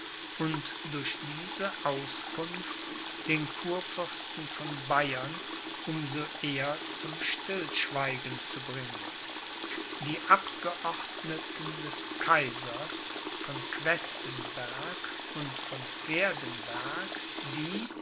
und durch diese auskunft den kurfürsten von bayern um so eher zum stillschweigen zu bringen die abgeordneten des kaisers von questenberg und von werdenberg die